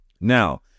Now